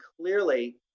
clearly